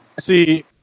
See